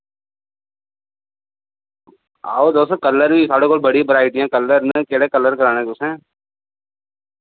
आओ तुस कलर बी साढ़े कोल बड़ी बराइटिआं कलर न केह्ड़े कलर कराने तुसें